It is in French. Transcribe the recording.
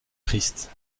christ